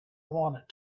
want